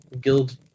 guild